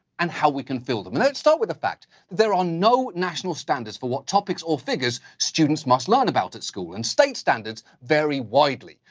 and how we can fill them. and let's start with the fact, that there are no national standards for what topics or figures, students must learn about at school. and state standards very widely.